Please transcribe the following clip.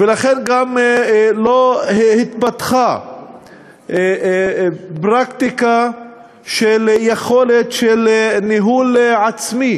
ולכן גם לא התפתחה פרקטיקה של יכולת ניהול עצמי